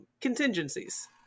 contingencies